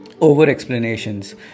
Over-explanations